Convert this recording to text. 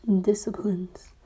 Disciplines